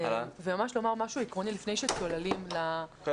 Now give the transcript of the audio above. זה ממש לומר משהו עקרוני לפני שצוללים לסעיפים.